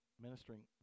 ministering